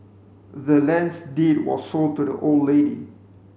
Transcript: the land's deed was sold to the old lady